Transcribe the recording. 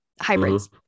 hybrids